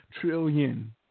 trillion